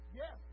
yes